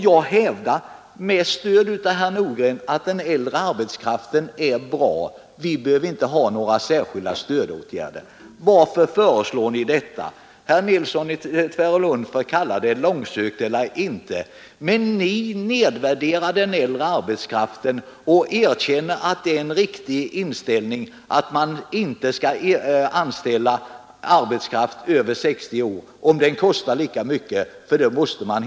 Jag hävdar, med stöd av herr Nordgrens uttalande, att den äldre arbetskraften är bra och att vi inte behöver några särskilda stödåtgärder. Varför föreslår ni detta? Herr Nilsson i Tvärålund får kalla det långsökt eller inte, men ni nedvärderar äldre arbetskraft och erkänner att det är en riktig inställning att man inte skall anställa arbetskraft över 60 år om den kostar lika mycket som annan arbetskraft.